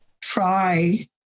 try